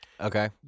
Okay